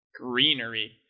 Greenery